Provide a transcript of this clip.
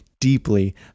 deeply